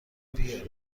بیاری